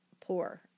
poor